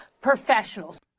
professionals